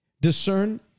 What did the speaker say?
discern